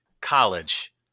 College